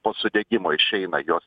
po sudegimo išeina jos